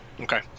Okay